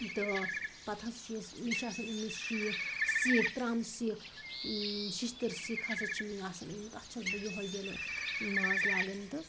تہٕ پتہٕ ہسا چھِ أسۍ مےٚ چھِ آسان أنۍمٕتۍ شیٖک سیٖکھ ترٛامہٕ سیٖکھ شِشتٕر سیٖکھ ہسا چھِ مےٚ آسان أنۍمٕتۍ اَتھ چھَس بہٕ یِہوٚے ییٚلہِ ماز لاگان تہٕ